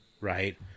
right